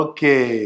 Okay